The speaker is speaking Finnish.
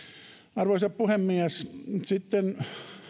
arvoisa puhemies sitten